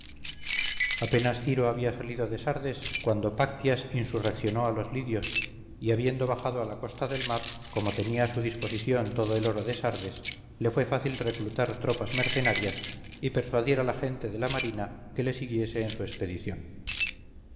apenas ciro había salido de sardes cuando páctyas insurreccionó a los lidios y habiendo bajado a la costa del mar como tenía a su disposición todo el oro de sardes le fue fácil reclutar tropas mercenarias y persuadir a la gente de la marina que le siguiese en su expedición